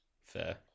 Fair